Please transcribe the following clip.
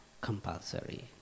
compulsory